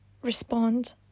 respond